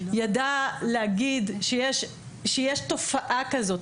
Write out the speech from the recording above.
ידע להגיד שיש תופעה כזאת,